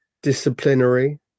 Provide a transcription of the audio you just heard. disciplinary